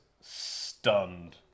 stunned